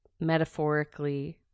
metaphorically